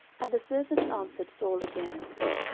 and the servant answered saul again, and said,